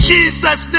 Jesus